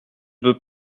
veux